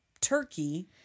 turkey